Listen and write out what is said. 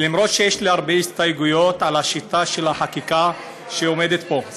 למרות שיש לי הרבה הסתייגויות על השיטה של החקיקה שעומדת פה,